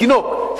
תינוק,